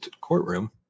courtroom